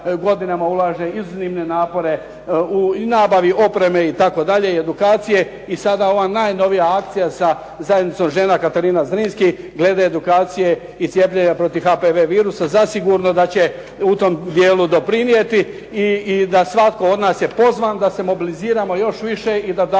godinama ulaže iznimne napore u nabavi opreme itd., edukacije i sada ova najnovija akcija sa zajednicom žena Katarina Zrinski glede edukacije i cijepljenja protiv HPV virusa zasigurno da će u tom dijelu doprinijeti i da svatko od nas je pozvan da se mobiliziramo još više i da dademo